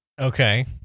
Okay